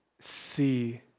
see